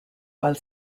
while